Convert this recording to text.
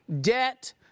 debt